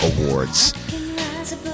Awards